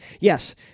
Yes